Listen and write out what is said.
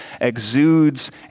exudes